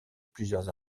plusieurs